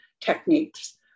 techniques